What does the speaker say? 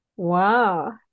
Wow